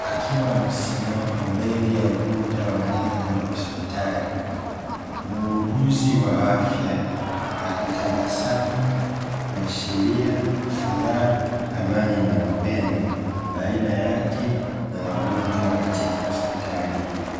akiwa amesimama mbele ya ukuta wa jengo la hospitali muuguzi wa afya akitabasamu kuashiria furaha, amani na upendo baina yake na wagonjwa katika hospitali hiyo.